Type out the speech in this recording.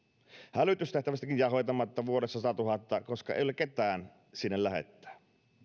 hälytystehtävistäkin jää hoitamatta vuodessa satatuhatta koska ei ole ketään sinne lähettää